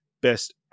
Best